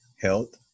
health